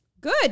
Good